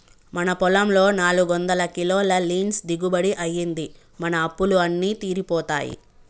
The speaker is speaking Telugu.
మన పొలంలో నాలుగొందల కిలోల లీన్స్ దిగుబడి అయ్యింది, మన అప్పులు అన్నీ తీరిపోతాయి